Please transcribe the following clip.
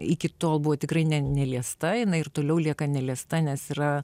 iki tol buvo tikrai ne neliesta jinai ir toliau lieka neliesta nes yra